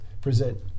present